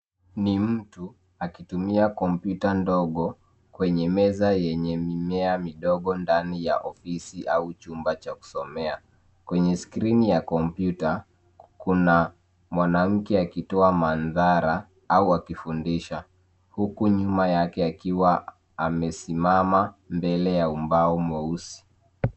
Ni mtu akitumia kompyuta ndogo kwenye meza yenye mimea midogo ndani ya ofisi au chumba cha kusomea. Kwenye skrini ya kompyuta kuna mwanamke akitoa madhara au akifundisha huku nyuma yake akiwa amesimama mbele ya ubao mweusi.